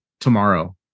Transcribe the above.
tomorrow